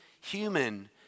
human